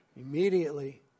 Immediately